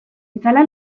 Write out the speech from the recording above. itzala